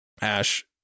Ash